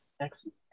Excellent